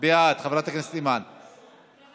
חברת הכנסת אימאן בעד.